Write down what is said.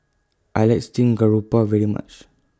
I like Steamed Garoupa very much